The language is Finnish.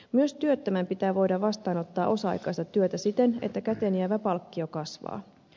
myös työttömän pitää voida vastaanottaa osa aikaista työtä siten että käteenjäävä palkkio kasvaa